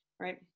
right